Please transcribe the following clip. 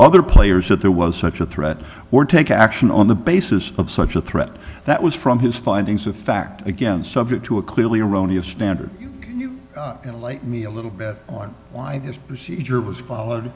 other players that there was such a threat or take action on the basis of such a threat that was from his findings of fact against subject to a clearly erroneous standard you like me a little bit on why this procedure was followed